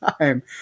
time